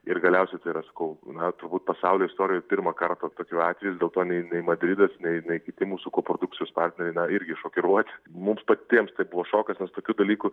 ir galiausiai tai yra sakau na turbūt pasaulio istorijoj pirmą kartą tokių atvejų dėl to nei nei madridas nei nei kiti mūsų koprodukcijos partneriai na irgi šokiruoti mums patiems tai buvo šokas nes tokių dalykų